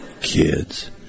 kids